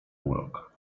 urok